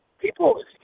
people